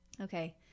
Okay